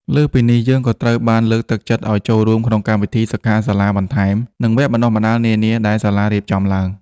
លើសពីនេះ យើងក៏ត្រូវបានលើកទឹកចិត្តឲ្យចូលរួមក្នុងកម្មវិធីសិក្ខាសាលាបន្ថែម និងវគ្គបណ្តុះបណ្តាលនានាដែលសាលារៀបចំឡើង។